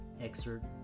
excerpt